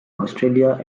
australia